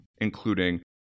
including